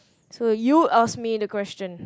so you ask me the question